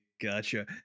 Gotcha